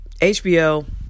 HBO